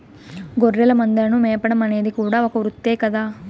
గొర్రెల మందలను మేపడం అనేది కూడా ఒక వృత్తే కదా